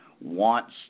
wants